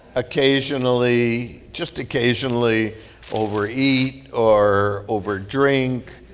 occasionally just occasionally overeat or overdrink,